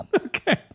Okay